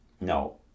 No